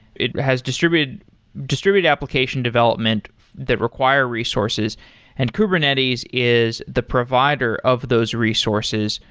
it has distributed distributed application development that require resources and kubernetes is the provider of those resources.